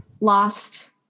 lost